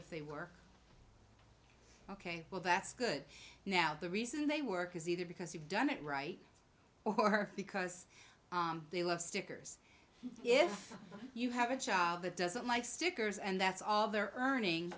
if they work ok well that's good now the reason they work is either because you've done it right or because they love stickers if you have a child that doesn't like stickers and that's all they're earning